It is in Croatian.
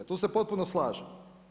Tu se potpuno slažem.